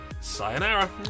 sayonara